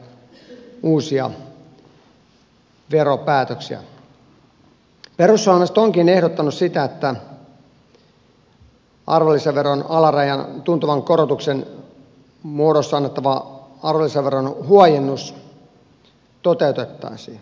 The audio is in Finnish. perussuomalaiset onkin ehdottanut sitä että arvonlisäveron alarajan tuntuvan korotuksen muodossa annettava arvonlisäveron huojennus toteutettaisiin